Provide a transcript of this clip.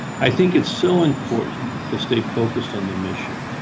i think it's so important to stay focused on the mission,